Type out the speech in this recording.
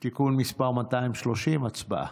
הצבעה.